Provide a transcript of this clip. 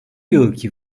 yılki